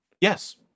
yes